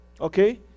okay